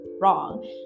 wrong